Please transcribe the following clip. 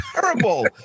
terrible